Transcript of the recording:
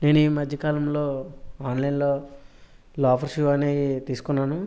నేను ఈ మధ్యకాలంలో ఆన్లైన్లో లోఫర్ షూ అనేవి తిసుకున్నాను